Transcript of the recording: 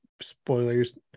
spoilers